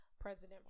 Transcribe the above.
President